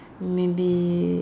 maybe